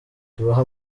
tubahe